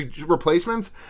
replacements